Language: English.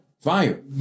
fire